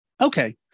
Okay